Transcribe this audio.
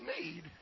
need